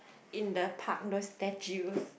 in the park those statues